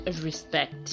respect